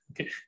Okay